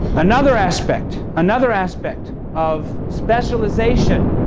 another aspect, another aspect of specialization,